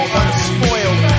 unspoiled